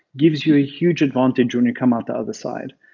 gives you a huge advantage when you come out the other side.